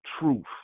truth